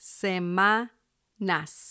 semanas